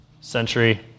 century